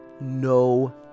no